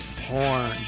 porn